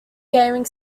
gaming